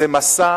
זה מסע